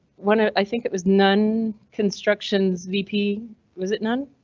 one, ah i think it was none constructions vp was it none?